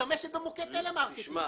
משתמשת במוקד טלמרקטינג.